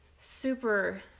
super